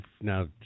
now